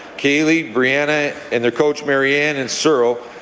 kailey, brianna, and their coaches, mary ann and cyril,